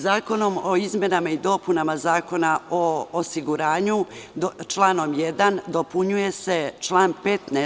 Zakonom o izmenama i dopunama Zakona o osiguranju, članom 1. dopunjuje se član 15.